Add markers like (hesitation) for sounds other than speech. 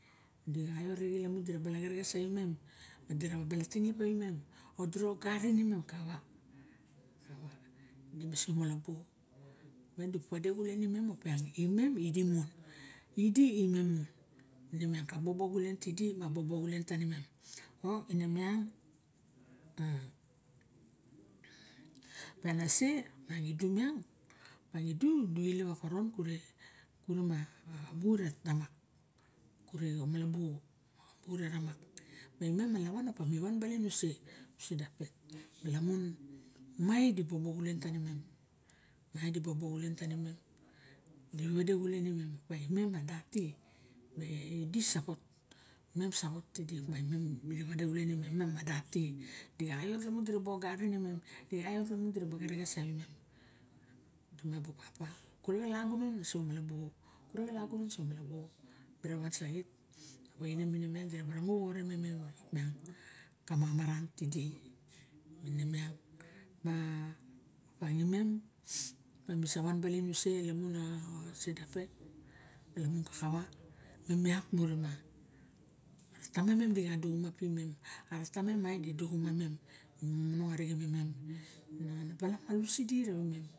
Dixa io arixen lamun di ra bala gereges avi mem, o bala tinip ra imem, o di ra oxarin imem. Kava, kava di amuse komalabuo, miang di bu vade xulen imem op miang, imem idi mon, me idi imem mon. Ine miang ka bobo xulenti di ma bobo xulen tanimem. O ine miang (hesitation) ka nese, miang idu miang, miang idu, di eilep a xoron kure kurima a vu re tamak, kure komalabuo, avu re ramak. ma imem ala van opa, mi van balin use, use dampet. Lamun mai di bobo xulen tani mem, mai di bobo xulen tani imem. Di vade xulen imem, op miang imem a dati me idi saxot, imem saxot tidi imem vade xulen ma imem a dati. Di ga ot lamun, di ra ba ogarin imem, di ga ot lamun di ra ba gereges avimem, miang abu papa. Kure kolagunan ma uso komalabuo, kure kolagunan use komalabuo. Mi ra van saxit, a vaine mine miang di ra ba rango xore mem me ka mamaran tidi. Ma ine miang, ma imem (noise) mi savan balin use lamin se dampet lamun kakava imem iat mure ma, ara tamam mem di ga duxumapi mem. Ara tamam mai didugu ma mem. momonong arixen ma imem, ma ba bala malus tidi ravi mem.